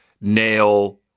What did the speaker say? Nail